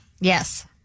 Yes